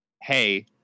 hey